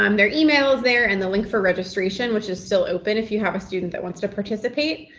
um their email is there and the link for registration, which is still open if you have a student that wants to participate.